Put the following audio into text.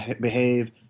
behave